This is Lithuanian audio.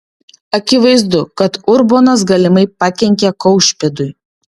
akivaizdu kad urbonas galimai pakenkė kaušpėdui